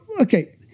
okay